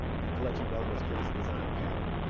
the collection of elements creates a design pattern.